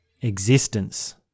existence